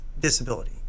disability